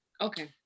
Okay